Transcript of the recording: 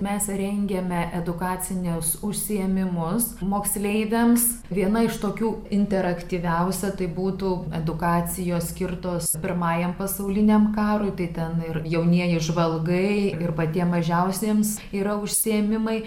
mes rengiame edukacinius užsiėmimus moksleiviams viena iš tokių interaktyviausia tai būtų edukacijos skirtos pirmajam pasauliniam karui tai ten ir jaunieji žvalgai ir patiems mažiausiems yra užsiėmimai